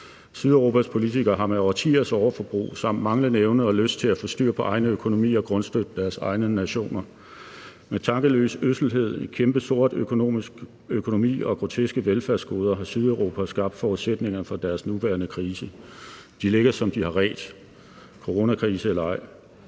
Sydeuropas politikere har med årtiers overforbrug samt manglende evne og lyst til at få styr på egne økonomier grundstødt deres egne nationer. Med tankeløs ødselhed, en kæmpe sort økonomi og groteske velfærdsgoder har Sydeuropa skabt forudsætningerne for deres nuværende krise. De ligger, som de har redt, coronakrise eller ej.